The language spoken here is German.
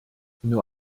nur